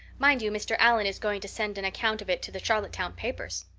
mind you, mr. allan is going to send an account of it to the charlottetown papers.